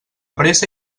pressa